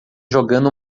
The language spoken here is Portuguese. jogando